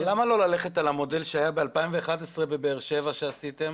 למה לא ללכת על המודל שהיה ב-2011 בבאר שבע עת עשיתם